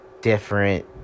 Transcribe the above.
different